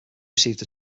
received